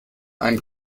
ein